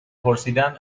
پرسیدن